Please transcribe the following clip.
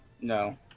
No